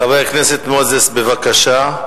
חבר הכנסת מנחם מוזס, בבקשה.